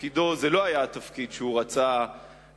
תפקידו שזה לא היה התפקיד שהוא רצה לקבל,